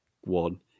one